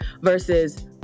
versus